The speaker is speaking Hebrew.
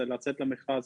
זה לצאת למכרז,